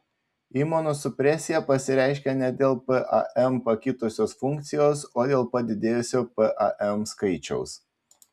imunosupresija pasireiškia ne dėl pam pakitusios funkcijos o dėl padidėjusio pam skaičiaus